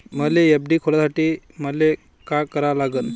मले एफ.डी खोलासाठी मले का करा लागन?